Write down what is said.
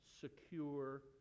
secure